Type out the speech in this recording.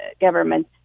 government